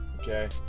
Okay